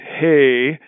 hey